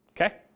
Okay